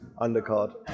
undercard